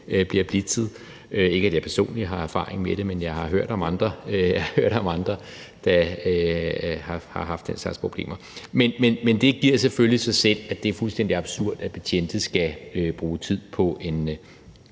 bliver blitzet – ikke at jeg personligt har erfaring med det, men jeg har hørt om andre, der har haft den slags problemer. Men det giver selvfølgelig sig selv, at det er fuldstændig absurd, at betjente skal bruge tid på en